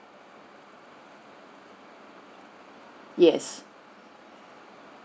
yes